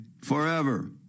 forever